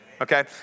Okay